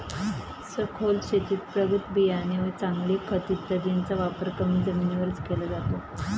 सखोल शेतीत प्रगत बियाणे व चांगले खत इत्यादींचा वापर कमी जमिनीवरच केला जातो